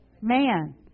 Man